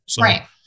Right